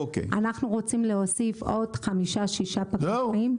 אנחנו רוצים להוסיף עוד חמישה-שישה פקחים.